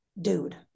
dude